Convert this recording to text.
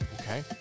Okay